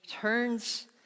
turns